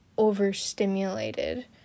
overstimulated